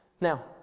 now